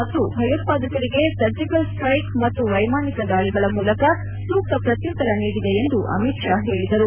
ಮತ್ತು ಭಯೋತ್ಪಾದಕರಿಗೆ surgical strike ಮತ್ತು ವೈಮಾನಿಕ ದಾಳಿಗಳ ಮೂಲಕ ಸೂಕ್ತ ಪ್ರತ್ಯುತ್ತರ ನೀಡಿದೆ ಎಂದು ಅಮಿತ್ ತಾ ಹೇಳದರು